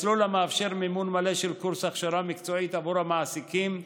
מסלול המאפשר מימון מלא של קורס הכשרה מקצועית עבור המעסיקים,